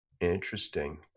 Interesting